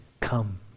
come